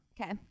Okay